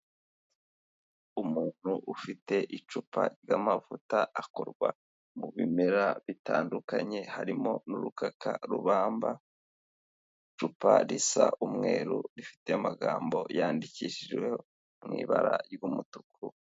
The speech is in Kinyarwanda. Umuntu ufite icupa ry'amavuta akorwa mu bimera bitandukanye harimo n'urukarubamba. Icupa risa umweru rifite amagambo yandikishijwe mu ibara ry'umutuku.